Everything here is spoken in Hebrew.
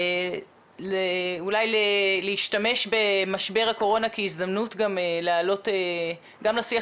אולי להשתמש במשבר הקורונה כהזדמנות להעלות גם לשיח